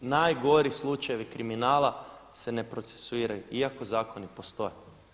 Najgori slučajevi kriminala se ne procesuiraju iako zakoni postoje.